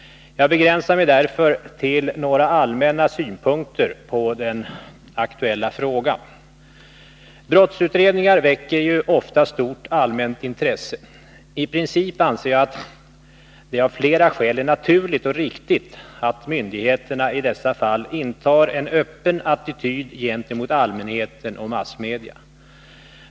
Jag begränsar mig därför till några allmänna synpunkter på den aktuella frågan. Brottsutredningar väcker ju ofta stort allmänt intresse. I princip anser jag att det av flera skäl är naturligt och riktigt att myndigheterna i dessa fall intar en öppen attityd gentemot allmänheten och massmedia.